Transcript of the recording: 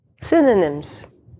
synonyms